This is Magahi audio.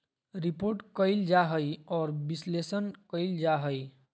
रिपोर्ट कइल जा हइ और विश्लेषण कइल जा हइ